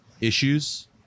issues